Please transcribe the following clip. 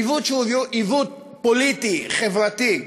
עיוות שהוא עיוות פוליטי, חברתי.